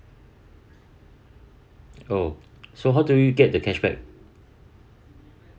oh so how do we get the cashback